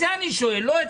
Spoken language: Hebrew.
המגבלות של